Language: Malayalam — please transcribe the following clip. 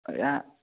ഒര് ആ